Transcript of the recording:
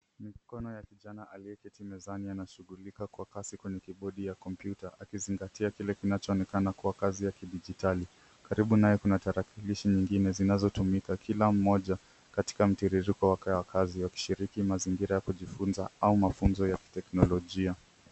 Mikono ya kijana aliyeketi mezani anashighulika kwa kasi kwenye kibodi ya kompyuta akizingatia kile kinachoonekana kuwa kazi ya kidijitali. Karibu naye kuna tarakilishi nyingine zinazotumika kila mmoja katika mtiririko wake wa kazi wakishiriki mazingira ya kujifunza au mafunzo ya kiteknolojia.